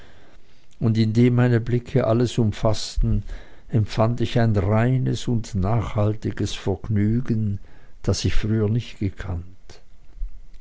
und indem meine blicke alles umfaßten empfand ich ein reines und nachhaltiges vergnügen das ich früher nicht gekannt